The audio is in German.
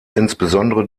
insbesondere